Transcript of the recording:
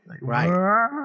right